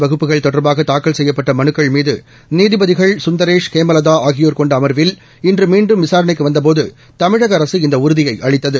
வகுப்புகள் தொடர்பாக தாக்கல் செய்யப்பட்ட மனுக்கள்மீது நீதிபதிகள் சுந்தேரேஷ் ஆன்லைன் ஹேமலதா ஆகியோர் கொண்ட அமர்வில் இன்று மீண்டும் விசாரணைக்கு வந்தபோது தமிழக அரசு இந்த உறுதியை அளித்தது